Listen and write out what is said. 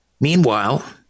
meanwhile